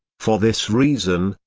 for this reason,